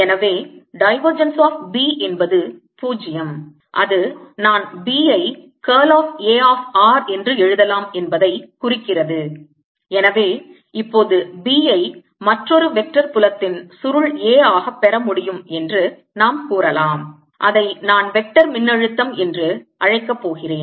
எனவே divergence of B என்பது 0 அது நான் B ஐ curl of A of r என்று எழுதலாம் என்பதைக் குறிக்கிறது எனவே இப்போது B ஐ மற்றொரு வெக்டர் புலத்தின் சுருள் A ஆகப் பெற முடியும் என்று நாம் கூறலாம் அதை நான் வெக்டர் மின்னழுத்தம் என்று அழைக்கப் போகிறேன்